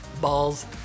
balls